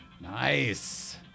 Nice